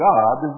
God